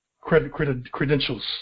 credentials